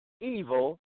evil